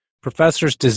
professors